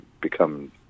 become